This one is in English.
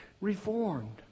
reformed